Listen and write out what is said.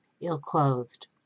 ill-clothed